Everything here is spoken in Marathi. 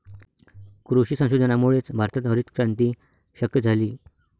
कृषी संशोधनामुळेच भारतात हरितक्रांती शक्य झाली